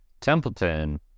Templeton